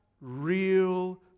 real